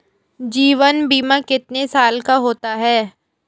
जीवन बीमा कितने साल का होता है?